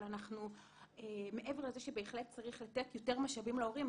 אבל מעבר לזה שבהחלט צריך לתת יותר משאבים להורים,